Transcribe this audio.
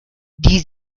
die